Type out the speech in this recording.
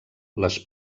les